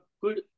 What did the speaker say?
good